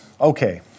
okay